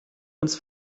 uns